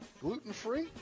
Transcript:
Gluten-free